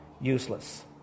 useless